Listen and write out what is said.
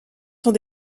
sont